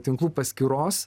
tinklų paskyros